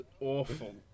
awful